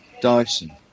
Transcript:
Dyson